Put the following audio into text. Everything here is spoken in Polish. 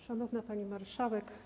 Szanowna Pani Marszałek!